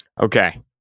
okay